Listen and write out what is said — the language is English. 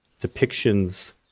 depictions